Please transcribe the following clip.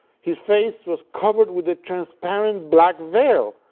his face was covered with a transparent black veil,